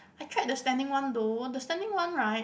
I tried the standing one though the standing one right